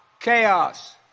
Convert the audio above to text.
Chaos